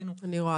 אני רואה.